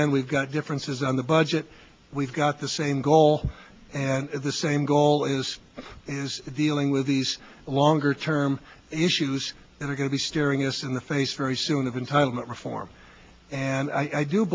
end we've got differences on the budget we've got the same goal and the same goal is is dealing with these longer term issues that are going to be staring us in the face very soon of entitlement reform and i